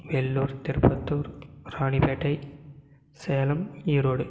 Vellore Tirupattur Ranipet Salem Erode